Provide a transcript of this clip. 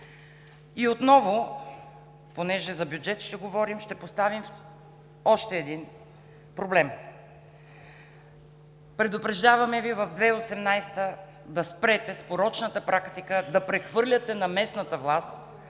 Отново – понеже ще говорим за бюджет, ще поставим още един проблем. Предупреждаваме Ви в 2018 г. да спрете с порочната практика да прехвърляте на местната власт,